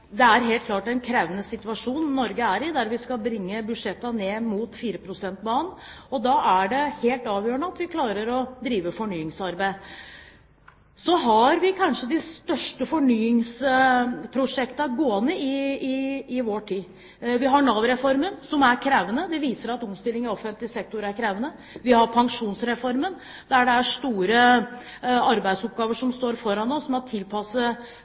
Det er helt klart en krevende situasjon Norge er i; vi skal bringe budsjettene ned mot 4 pst.-banen. Da er det helt avgjørende at vi klarer å drive fornyingsarbeid. Vi har kanskje de største fornyingsprosjektene i vår tid gående. Vi har Nav-reformen, som er krevende – det viser at omstilling i offentlig sektor er krevende. Vi har pensjonsreformen der vi har store arbeidsoppgaver foran oss,